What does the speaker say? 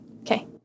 Okay